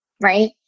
right